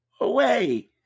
away